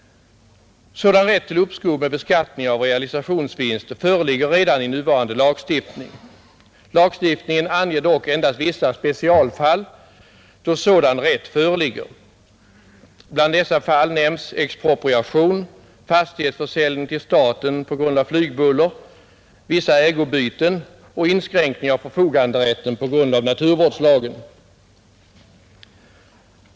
Sådan rätt till uppskov med beskattning av realisationsvinst föreligger redan i nuvarande lagstiftning. Lagstiftningen anger dock endast vissa specialfall då sådan rätt föreligger. Bland dessa fall nämns expropriation, fastighetsförsäljning till staten på grund av flygbuller, vissa ägobyten och inskränkning av förfoganderätten på grund av naturvårdslagen.